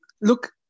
Look